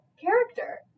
character